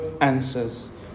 answers